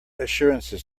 assurances